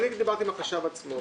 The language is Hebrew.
דיברתי עם החשב הכללי עצמו.